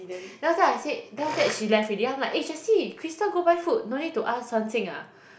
then after that I said then after that she left already I'm like eh Jessie Crystal go buy food no need to ask Quan-Qing ah